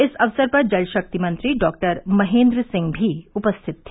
इस अवसर पर जलशक्ति मंत्री डॉक्टर महेन्द्र सिंह भी उपस्थित रहे